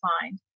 find